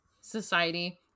society